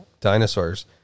dinosaurs